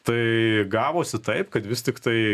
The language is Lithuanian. tai gavosi taip kad vis tiktai